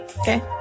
Okay